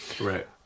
Right